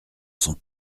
sont